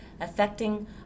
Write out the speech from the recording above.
affecting